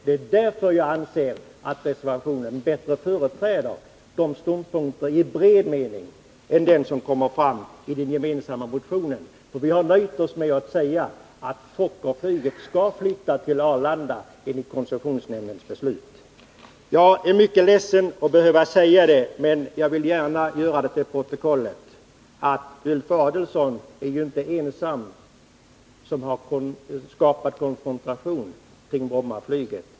Det är anledningen till att jag anser att reservationen bättre företräder de ståndpunkter i bred mening som kommer fram i den gemensamma motionen. Vi har ju nöjt oss med att säga att Fokkerflyget skall flyttas till Arlanda enligt koncessionsnämndens beslut. Jag är mycket ledsen över att behöva säga följande, men jag vill gärna ha det till protokollet. Ulf Adelsohn är inte den ende som har skapat konfrontation kring Brommaflyget.